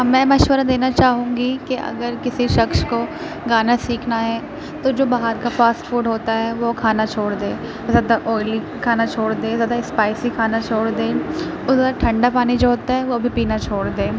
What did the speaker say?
میں مشورہ دینا چاہوں گی کہ اگر کسی شخص کو گانا سیکھنا ہے تو جو باہر کا فاسٹ فوڈ ہوتا ہے وہ کھانا چھوڑ دے مطلب دا آئلی کھانا چھوڑ دے زیادہ اسپائسی کھانا چھوڑ دے اور زیادہ ٹھنڈہ پانی جو ہوتا ہے وہ بھی پینا چھوڑ دے